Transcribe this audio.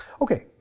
Okay